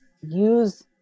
use